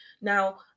now